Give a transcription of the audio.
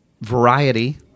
variety